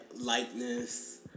lightness